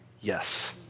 yes